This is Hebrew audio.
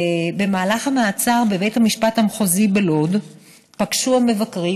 במהלך המעצר בבית המשפט המחוזי בלוד פגשו המבקרים